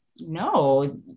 no